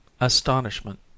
Astonishment